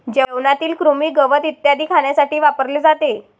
जेवणातील कृमी, गवत इत्यादी खाण्यासाठी वापरले जाते